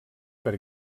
per